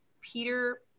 Peter